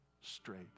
straight